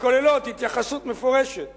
וכוללות התייחסות מפורשת